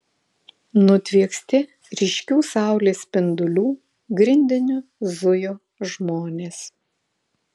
nutvieksti ryškių saulės spindulių grindiniu zujo žmonės